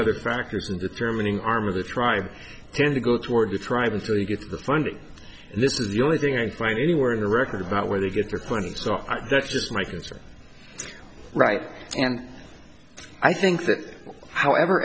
other factors in determining arm of the tribe tend to go toward the tribe until you get the funding and this is the only thing i can find anywhere in the record about where they get their points off that's just my concern right and i think that however